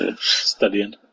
studying